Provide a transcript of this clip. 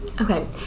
Okay